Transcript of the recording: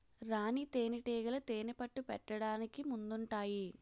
రాణీ తేనేటీగలు తేనెపట్టు పెట్టడానికి ముందుంటాయి